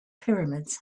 pyramids